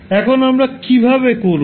এখন আমরা কীভাবে করব